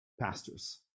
pastors